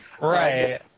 Right